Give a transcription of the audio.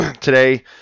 Today